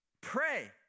pray